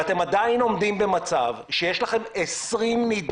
אתם עדיין עומדים במצב שיש 20 נדבקים